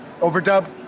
overdub